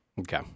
Okay